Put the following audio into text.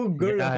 good